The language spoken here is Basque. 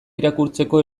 irakurtzeko